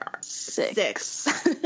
six